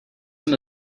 him